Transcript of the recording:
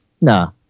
no